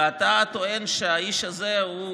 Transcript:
ואתה טוען שהאיש הזה הוא,